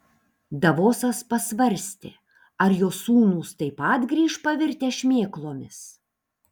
davosas pasvarstė ar jo sūnūs taip pat grįš pavirtę šmėklomis